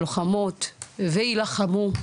לוחמות ויילחמו,